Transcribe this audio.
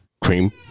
cream